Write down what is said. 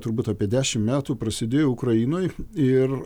turbūt apie dešim metų prasidėjo ukrainoj ir